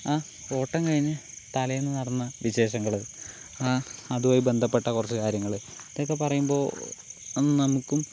ആ ഓട്ടം കഴിഞ്ഞ് തലേന്ന് നടന്ന വിശേഷങ്ങൾ അതുമായി ബന്ധപ്പെട്ട കുറച്ചു കാര്യങ്ങൾ ഇതൊക്കെ പറയുമ്പോൾ അത് നമുക്കും